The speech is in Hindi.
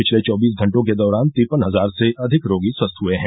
पिछले चौबीस घंटों के दौरान तिरपन हजार से अधिक रोगी स्वस्थ हए हैं